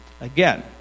Again